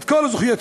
את כל זכויותינו.